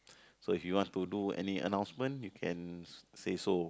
so if you want to do any announcement you can say so